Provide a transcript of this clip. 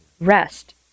rest